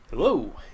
Hello